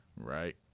Right